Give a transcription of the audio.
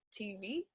TV